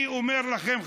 אני אומר לכם,